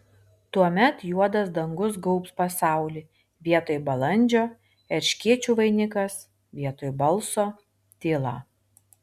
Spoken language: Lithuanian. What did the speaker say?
tuomet juodas dangus gaubs pasaulį vietoj balandžio erškėčių vainikas vietoj balso tyla